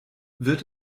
wird